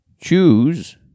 Choose